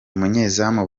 umunyezamu